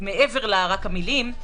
מעבר למילים,